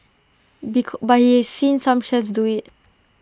but he's seen some chefs do IT